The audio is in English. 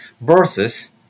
Versus